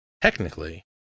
Technically